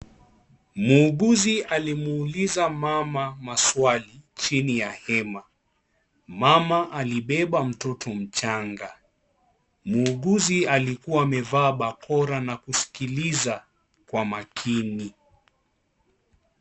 Muuguzi alimuuliza mama maswali chini ya hema. Mama alibeba mtoto mchanga. Muuguzi alikuwa amevaa bakora na kisikiliza kwa makini.